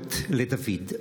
המעלות לדוד,